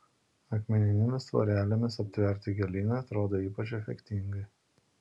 akmeninėmis tvorelėmis aptverti gėlynai atrodo ypač efektingai